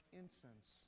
incense